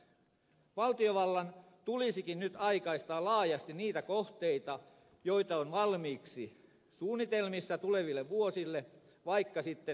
valtiovallan tulisikin nyt aikaistaa laajasti niitä kohteita joita on valmiiksi suunnitelmissa tuleville vuosille vaikka sitten velkarahalla